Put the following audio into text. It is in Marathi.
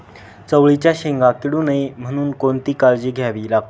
चवळीच्या शेंगा किडू नये म्हणून कोणती काळजी घ्यावी लागते?